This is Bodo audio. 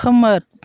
खोमोर